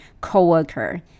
co-worker